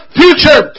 future